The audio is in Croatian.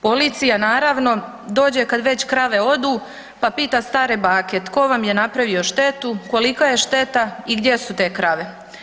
Policija, naravno, dođe kad već krave odu, pa pita stare bake, tko vam je napravio štetu, kolika je šteta i gdje su te krave.